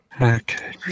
Okay